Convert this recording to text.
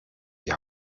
die